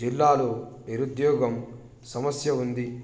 జిల్లాలో నిరుద్యోగ సమస్య ఉంది